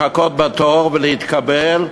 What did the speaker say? לחכות בתור ולהתקבל.